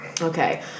Okay